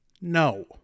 No